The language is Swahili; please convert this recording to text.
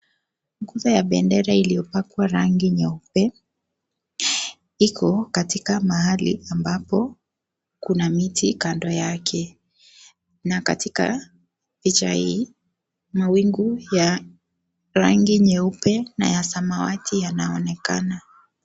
Nguzo ya bendera ilio pakwa rangi nyeupe iko katika mahali ambapo kuna miti kando yake, na katika picha hii kuna mawingu ya rangi nyeupe na ya samawati yanaonekana.